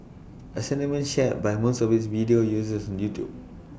A sentiment shared by most of its video's viewers on YouTube